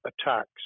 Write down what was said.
attacks